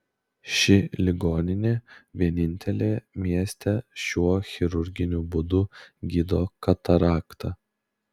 ši ligoninė vienintelė mieste šiuo chirurginiu būdu gydo kataraktą